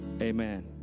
amen